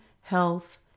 Health